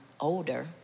older